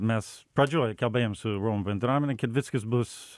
mes pradžioj kelbėjom su romų bendruomene kad viskas bus